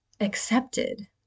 accepted